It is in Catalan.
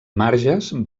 marges